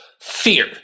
fear